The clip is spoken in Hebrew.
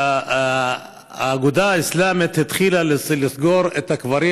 האגודה האסלאמית התחילה לסגור את הקברים